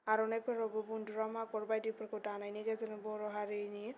आर'नाइफोराव गुबुन रोखोम आगर बायदिफोरखौ दानायनि गेजेरजों बर' हारिनि